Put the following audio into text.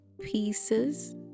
pieces